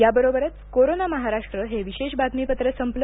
याबरोबरच कोरोना महाराष्ट्र हे विशेष बातमीपत्र संपलं